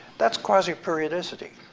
that's quasiperiodicity.